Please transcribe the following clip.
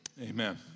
Amen